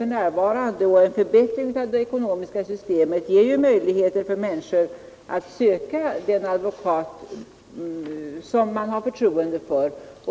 En förbättring av detta system ger möjligheter för människor att söka en advokat som de har förtroende för.